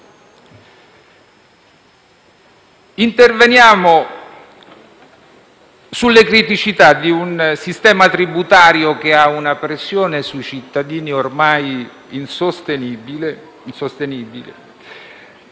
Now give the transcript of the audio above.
Interveniamo sulle criticità di un sistema tributario che ha una pressione sui cittadini ormai insostenibile